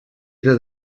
era